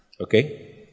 Okay